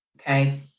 Okay